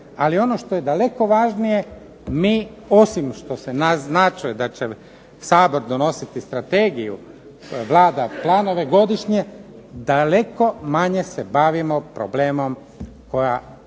Ali ono što je daleko važnije mi osim što se naznačuje da će Sabor donositi strategiju, a Vlada planove godišnje, daleko manje se bavimo problemom koja